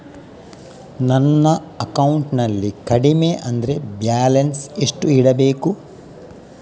ನನ್ನ ಅಕೌಂಟಿನಲ್ಲಿ ಕಡಿಮೆ ಅಂದ್ರೆ ಬ್ಯಾಲೆನ್ಸ್ ಎಷ್ಟು ಇಡಬೇಕು?